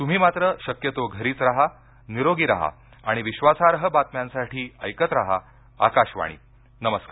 तृम्ही मात्र शक्यतो घरीच राहा निरोगी राहा आणि विश्वासार्ह बातम्यांसाठी ऐकत राहा आकाशवाणी नमस्कार